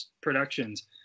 productions